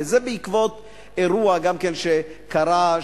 וזה בעקבות אירוע שקרה,